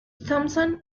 thompson